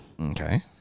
Okay